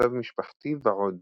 מצב משפחתי ועוד.